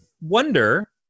wonder